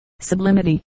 sublimity